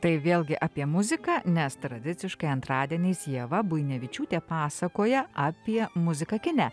tai vėlgi apie muziką nes tradiciškai antradieniais ieva buinevičiūtė pasakoja apie muziką kine